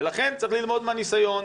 ולכן צריך ללמוד מהניסיון,